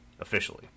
officially